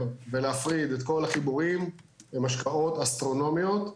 ולהפריד את כל החיבורים הן השקעות אסטרונומיות.